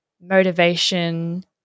motivation